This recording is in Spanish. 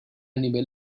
nivel